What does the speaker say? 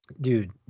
dude